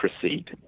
proceed